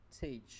teach